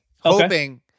Hoping –